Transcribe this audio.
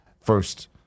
first